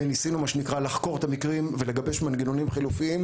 וניסינו מה שנקרא לחקור את המקרים ולגבש מנגנונים חלופיים,